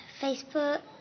Facebook